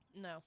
No